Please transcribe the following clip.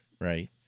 Right